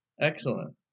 Excellent